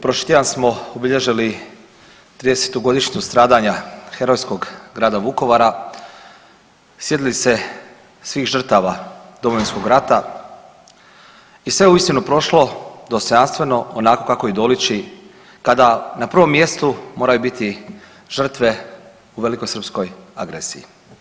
Prošli tjedan smo obilježili 30. godišnjicu stradanja herojskog grada Vukovara, sjetili se svih žrtava Domovinskog rata i sve je uistinu prošlo dostojanstveno, onako kako i doliči kada na prvom mjestu moraju biti žrtve u velikosrpskoj agresiji.